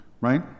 Right